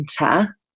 winter